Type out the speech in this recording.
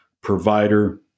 provider